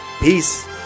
Peace